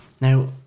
now